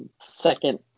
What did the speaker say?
second